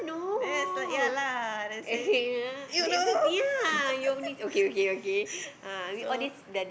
then is like ya lah then say you know so